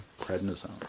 prednisone